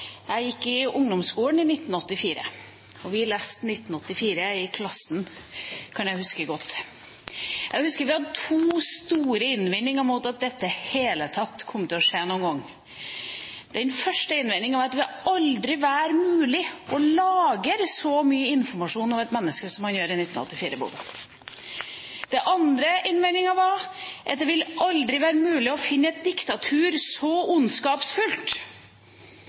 Jeg gikk i ungdomsskolen i 1984, og vi leste «1984» i klassen, kan jeg huske godt. Jeg husker vi hadde to store innvendinger mot at dette i det hele tatt kom til å skje noen gang. Den første innvendingen var at det aldri ville være mulig å lagre så mye informasjon om et menneske som man gjør i «1984»-boka. Den andre innvendingen var at det aldri ville være mulig å finne et diktatur så ondskapsfullt